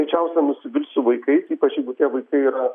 greičiausia nusivilsiu vaikais ypač jeigu tie vaikai yra